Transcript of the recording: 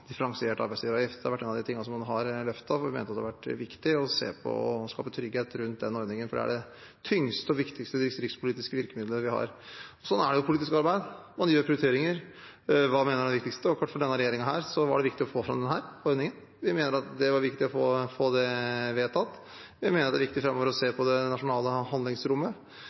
differensiert arbeidsgiveravgift. Det har vært en av de tingene som vi har løftet, for vi har ment at det var viktig å skape trygghet rundt den ordningen. Det er det tyngste og viktigste distriktspolitiske virkemiddelet vi har. Sånn er jo politisk arbeid. Man gjør prioriteringer ut fra hva man mener er det viktigste, og for denne regjeringen var det viktig å få fram denne ordningen. Vi mener det var viktig å få det vedtatt. Vi mener det er viktig framover å se på det nasjonale handlingsrommet.